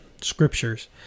scriptures